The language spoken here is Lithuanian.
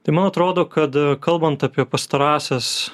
tai man atrodo kad kalbant apie pastarąsias